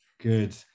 good